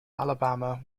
alabama